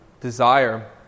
desire